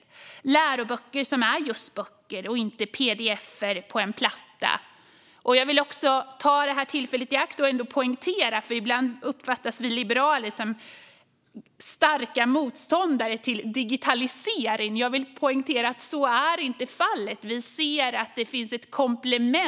Det behövs läroböcker som är just böcker och inte pdf:er på en platta. Ibland uppfattas vi liberaler som starka motståndare till digitalisering, men jag vill ta tillfället i akt och poängtera att så inte är fallet.